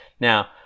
Now